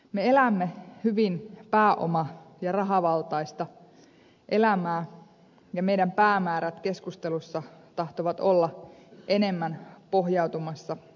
me elämme hyvin pääoma ja rahavaltaista elämää ja meidän päämäärämme keskustelussa tahtovat olla enemmän pohjautumassa pääomaan